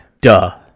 Duh